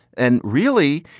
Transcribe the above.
and really,